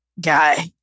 guy